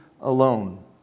alone